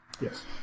Yes